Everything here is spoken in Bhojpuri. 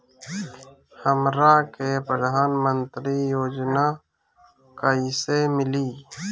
हमरा के प्रधानमंत्री योजना कईसे मिली?